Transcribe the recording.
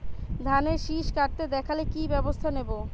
ধানের শিষ কাটতে দেখালে কি ব্যবস্থা নেব?